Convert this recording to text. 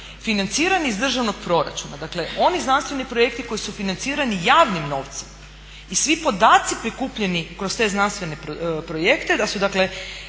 financirani iz državnog proračuna, dakle oni znanstveni projekti koji su financirani javnim novcima i svi podaci prikupljeni kroz te znanstvene projekte da su dakle